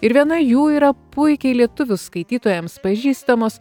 ir viena jų yra puikiai lietuvių skaitytojams pažįstamos